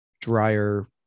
drier